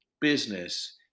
business